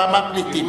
מה פליטים,